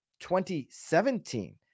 2017